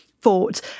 fought